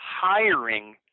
hiring